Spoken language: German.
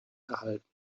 erhalten